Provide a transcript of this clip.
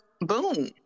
boom